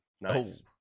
Nice